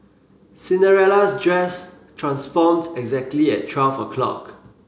Cinderella's dress transformed exactly at twelve o'clock